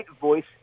voice